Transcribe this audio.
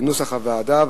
כנוסח הוועדה.